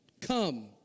Come